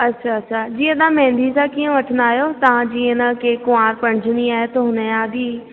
अच्छा अच्छा दी तव्हां मेंहदी जा कीअं वठंदा आहियो तव्हां जीअं न कुंवार पढ़जणी आहे त हुनजा बि